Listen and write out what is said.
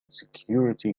security